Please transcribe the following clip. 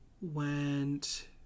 went